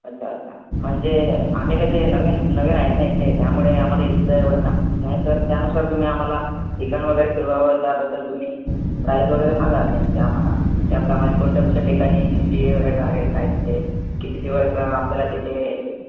अच्छा अच्छा म्हणजे आम्ही कसे नवीन नवीन आहेत ना इथे त्यामुळे आम्हाला इथलं एवढं काय माहीत नाही तर त्यानुसार तुम्ही आम्हाला ठिकाण वगैरे फिरवावं त्याबद्दल तुम्ही प्राईज वगैरे सांगा तुमची आम्हाला त्याप्रमाणे कोणत्या कोणत्या ठिकाणी किती वेळ लागेल काय ते किती दिवस आपल्याला तिथे होईल